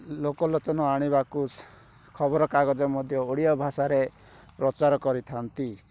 ଲୋକଲୋଚନ ଆଣିବାକୁ ଖବରକାଗଜ ମଧ୍ୟ ଓଡ଼ିଆ ଭାଷାରେ ପ୍ରଚାର କରିଥାନ୍ତି